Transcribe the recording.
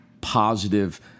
positive